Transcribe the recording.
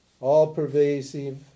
all-pervasive